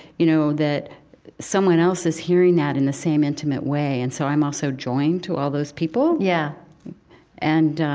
you know, that someone else is hearing that in the same intimate way. and so i'm also joined to all those people. yeah and,